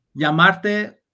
Llamarte